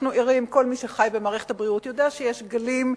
כל מי שחי במערכת הבריאות יודע שיש גלים,